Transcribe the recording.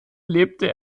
lebte